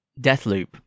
Deathloop